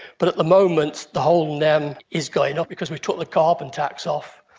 but at the moment the whole nem is going up because we took the carbon tax off.